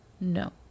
No